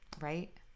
Right